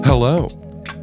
Hello